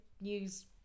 news